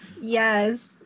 Yes